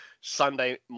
Sunday